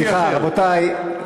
סליחה, רבותי.